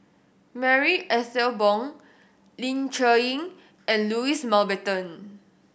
Marie Ethel Bong Ling Cher Eng and Louis Mountbatten